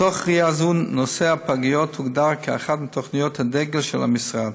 מתוך ראייה זו נושא הפגיות הוגדר כאחת מתוכניות הדגל של המשרד.